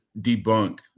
debunk